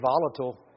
volatile